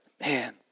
Man